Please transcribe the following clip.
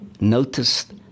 noticed